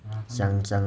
讲讲